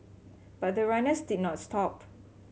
but the runners did not stop